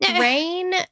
rain